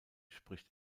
spricht